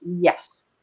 Yes